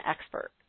expert